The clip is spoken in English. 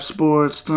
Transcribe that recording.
Sports